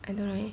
I know right